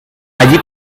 allí